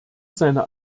seine